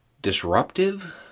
disruptive